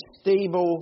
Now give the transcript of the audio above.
stable